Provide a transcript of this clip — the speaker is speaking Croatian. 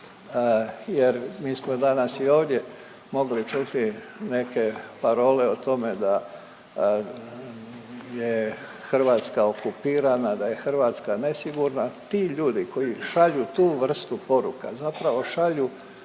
jer mi smo danas i ovdje mogli čuti neke parole o tome da je Hrvatska okupirana, da je Hrvatska nesigurna. Ti ljudi koji šalju tu vrstu poruka zapravo šalju